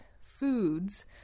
foods